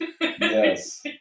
Yes